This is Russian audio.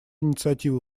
инициативу